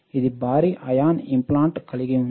ఇది భారీ అయాన్ ఇంప్లాంట్లు కలిగి ఉంది